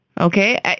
okay